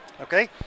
Okay